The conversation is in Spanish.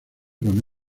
con